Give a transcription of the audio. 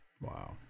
Wow